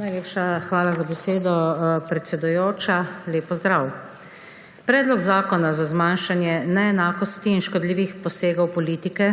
Najlepša hvala za besedo, predsedujoča. Lep pozdrav! Predlog zakona za zmanjšanje neenakosti in škodljivih posegov politike